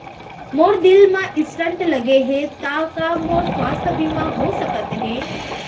मोर दिल मा स्टन्ट लगे हे ता का मोर स्वास्थ बीमा हो सकत हे?